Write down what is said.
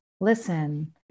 listen